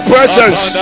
Presence